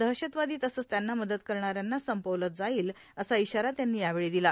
दहशतवादी तसंच त्यांना मदत करणाऱ्यांना संपवलं जाईल असा इशारा त्यांनी यावेळी दिला